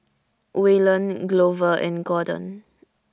Waylon Glover and Gordon